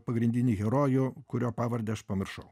pagrindinį herojų kurio pavardę aš pamiršau